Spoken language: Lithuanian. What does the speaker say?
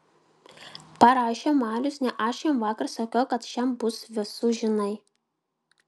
parašė marius ne aš jam vakar sakiau kad šian bus vėsu žinai